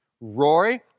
Roy